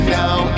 now